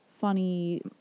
funny